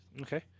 Okay